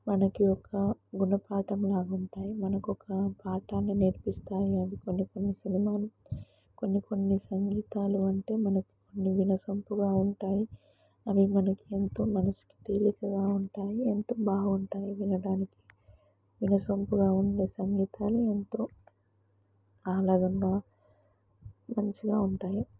మనకి ఒక గుణపాఠంలా ఉంటాయి మనకొక పాఠాన్ని నేర్పిస్తాయి అవి కొన్ని కొన్ని సినిమాలు కొన్ని కొన్ని సంగీతాలు అంటే మనకు కొన్ని వినసొంపుగా ఉంటాయి అవి మనకి ఎంతో మనసుకి తేలికగా ఉంటాయి ఎంతో బాగుంటాయి వినడానికి వినసొంపుగా ఉండే సంగీతాలు ఎంతో ఆహ్లాదంగా మంచిగా ఉంటాయి